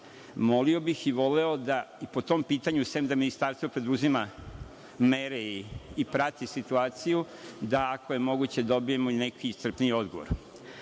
Molio bih i voleo da po tom pitanju, osim da Ministarstvo preduzima mere i prati situaciju, da ako je moguće dobijemo i neki iscrpniji odgovor. Na